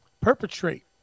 Perpetrate